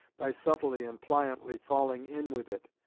by subtly and pliantly falling in with it,